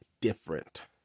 different